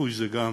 רכוש זה גם